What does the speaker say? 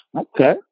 Okay